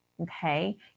Okay